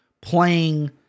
playing